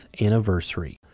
anniversary